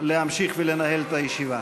להמשיך ולנהל את הישיבה.